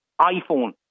iPhone